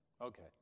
Okay